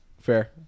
Fair